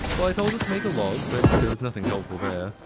well i told it to make a log, but there was nothing helpful there.